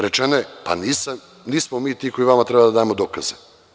Rečeno je – pa, nismo mi ti koji vama treba da damo dokaze.